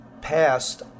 passed